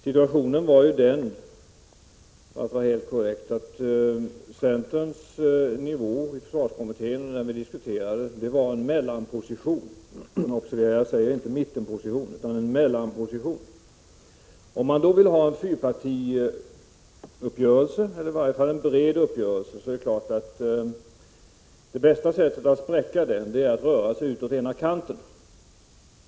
Situationen var den — det är helt korrekt — att den nivå som centern diskuterade i försvarskommittén var en mellanposition — observera att jag inte säger en mittenposition. Det bästa sättet för någon att spräcka en fyrpartiuppgörelse eller en bred uppgörelse var då självfallet att röra sig ut åt ena kanten.